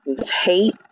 Hate